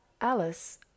Alice